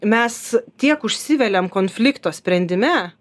mes tiek užsiveliam konflikto sprendime